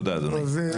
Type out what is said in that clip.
תודה אדוני.